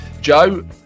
Joe